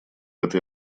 этой